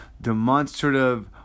demonstrative